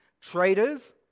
traitors